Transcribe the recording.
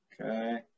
Okay